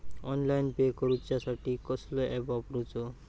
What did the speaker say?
Online pay करूचा साठी कसलो ऍप वापरूचो?